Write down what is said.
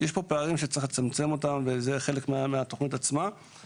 זה מצב שהוא לא סביר.